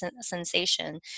sensation